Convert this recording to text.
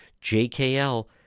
jkl